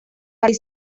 para